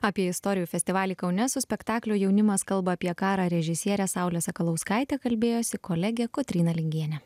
apie istorijų festivalį kaune su spektaklio jaunimas kalba apie karą režisiere saule sakalauskaite kalbėjosi kolegė kotryna lingienė